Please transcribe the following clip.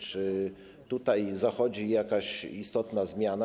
Czy tutaj zachodzi jakaś istotna zmiana?